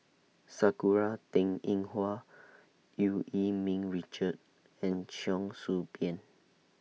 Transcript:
Sakura Teng Ying Hua EU Yee Ming Richard and Cheong Soo Pieng